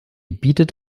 bietet